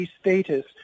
status